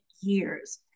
years